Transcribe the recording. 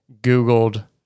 googled